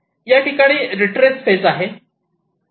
या ठिकाणी retrace phase आहे